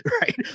right